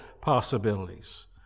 possibilities